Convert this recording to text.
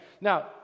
Now